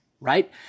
right